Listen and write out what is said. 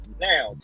Now